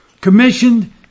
commissioned